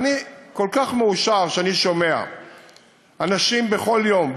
ואני כל כך מאושר כשאני שומע אנשים בכל יום,